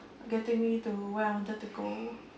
getting me to where I wanted to go